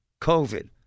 COVID